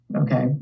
okay